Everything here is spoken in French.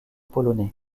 polonais